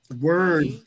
Word